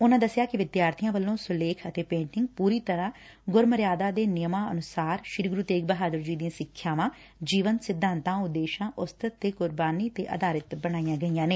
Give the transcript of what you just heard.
ਉਨਾਂ ਦੱਸਿਆ ਕਿ ਵਿਦਿਆਰਥੀਆਂ ਵੱਲੋਂ ਸੁਲੇਖ ਅਤੇ ਪੇਟਿੰਗ ਪੁਰੀ ਤਰਾਂ ਗੁਰੁ ਮਰਿਆਦਾ ਤੇ ਨਿਯਮਾਂ ਅਨੁਸਾਰ ਸ੍ਰੀ ਗੁਰੁ ਤੇਗ ਬਹਾਦਰ ਜੀ ਦੀਆਂ ਸਿੱਖਿਆਵਾਂ ਜੀਵਨ ਸਿਧਾਂਤਾਂ ਉਦੇਸਾਂ ਉਸਤਤ ਤੇ ਕੁਰਬਾਨੀ ਤੇ ਅਧਾਰਿਤ ਬਣਾਈਆਂ ਗਈਆਂ ਨੇ